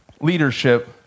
leadership